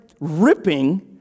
ripping